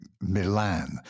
Milan